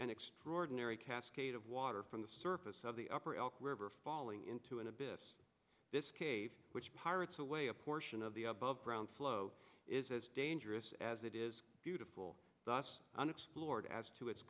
an extraordinary cascade of water from the surface of the upper elk river falling into an abyss this cave which pirate's away a portion of the above ground flow is as dangerous as it is beautiful thus unexplored as to